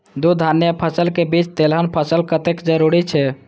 दू धान्य फसल के बीच तेलहन फसल कतेक जरूरी छे?